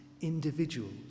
individuals